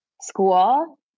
school